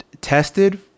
tested